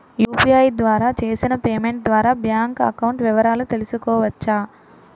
UPI ద్వారా చేసిన payment ద్వారా బ్యాంక్ అకౌంట్ వివరాలు తెలుసుకోవచ్చ?